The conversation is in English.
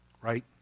Right